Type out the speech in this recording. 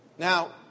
Now